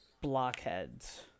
Blockheads